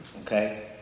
Okay